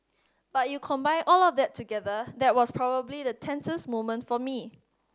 but you combine all of that together that was probably the tensest moment for me